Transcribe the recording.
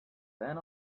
then